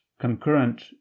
concurrent